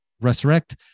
resurrect